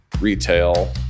retail